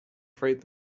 freight